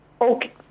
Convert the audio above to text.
okay